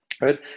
right